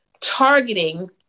targeting